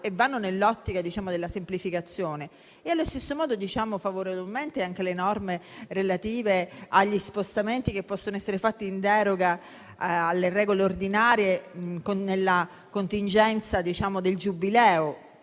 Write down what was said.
iscrivono nell'ottica della semplificazione. Allo stesso modo si accolgono favorevolmente anche le norme relative agli spostamenti che possono essere fatti in deroga alle regole ordinarie nella contingenza del Giubileo,